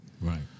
Right